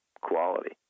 quality